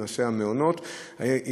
בנושא המעונות.